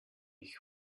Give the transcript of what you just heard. ich